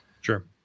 Sure